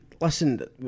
listen